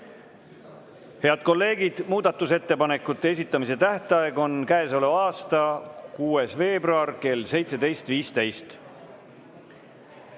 Head kolleegid, muudatusettepanekute esitamise tähtaeg on käesoleva aasta 6. veebruar kell 17.15.